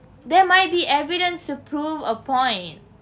there might be evidence to prove a point